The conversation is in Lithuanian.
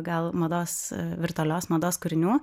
gal mados virtualios mados kūrinių